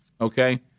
okay